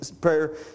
prayer